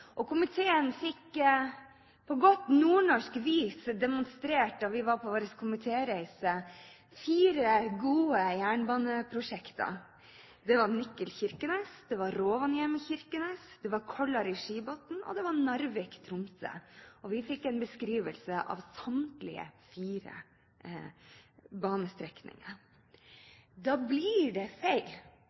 fly. Komiteen fikk på godt nordnorsk vis demonstrert fire gode jernbaneprosjekter da vi var på vår komitéreise. Det var Nikel–Kirkenes, det var Rovaniemi–Kirkenes, det var Kolari–Skibotn, og det var Narvik–Tromsø. Vi fikk en beskrivelse av samtlige fire banestrekninger. Da blir det feil